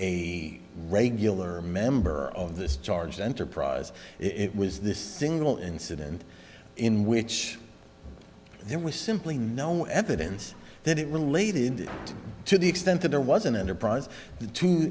a regular member of this charged enterprise it was this single incident in which there was simply no evidence that it related to the extent that there was an enterprise to